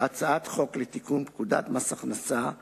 הצעת חוק לתיקון פקודת מס הכנסה (מס'